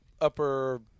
upper